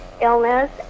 illness